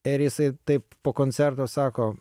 er jisai taip po koncerto sako